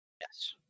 Yes